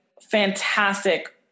fantastic